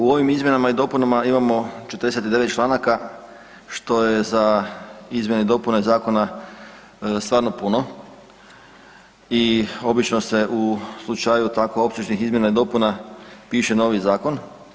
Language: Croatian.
U ovim izmjenama i dopunama imamo 49 članaka što je za izmjene i dopune zakona stvarno puno i obično se u slučaju tako opsežnih izmjena i dopuna piše novi zakon.